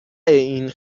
این